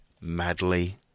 madly